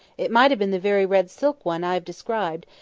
it might have been the very red silk one i have described,